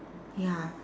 ya